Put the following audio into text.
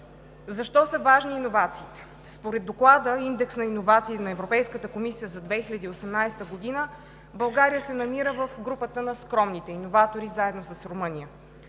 Защо са важни иновациите? Според Доклада „Индекс иновации“ на Европейската комисия за 2018 г. България се намира в групата на скромните иноватори заедно с Румъния.